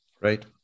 Right